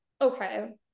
okay